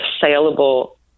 saleable